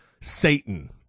Satan